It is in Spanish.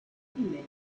experimenta